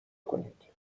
کنید